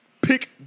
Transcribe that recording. pick